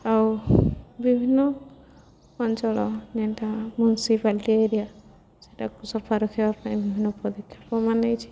ଆଉ ବିଭିନ୍ନ ଅଞ୍ଚଳ ଯେନ୍ଟା ମୁନସିପାଲିଟି ଏରିଆ ସେଟାକୁ ସଫା ରଖିବା ପାଇଁ ବିଭିନ୍ନ ପଦକ୍ଷେପମାନ ନେଇଛି